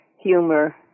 humor